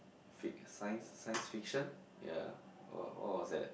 fic~ science science fiction ya what what was that